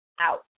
Out